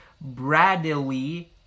Bradley